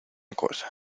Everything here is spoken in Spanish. cosa